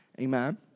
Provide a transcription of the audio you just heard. Amen